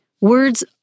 Words